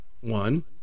One